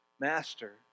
Master